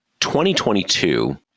2022